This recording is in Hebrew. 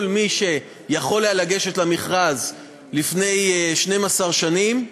כל מי שיכול היה לגשת למכרז לפני 12 שנים,